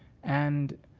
and